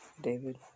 David